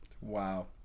Wow